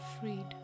freed